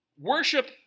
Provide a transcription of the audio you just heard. Worship